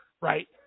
right